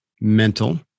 mental